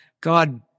God